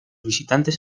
visitantes